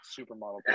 supermodel